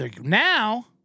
now